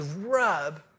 rub